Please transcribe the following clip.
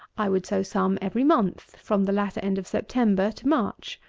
i would sow some every month, from the latter end of september to march.